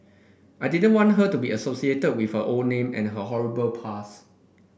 I didn't want her to be associated with her old name and her horrible past